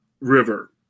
River